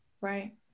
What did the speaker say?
Right